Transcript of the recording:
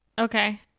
Okay